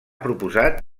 proposat